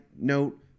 note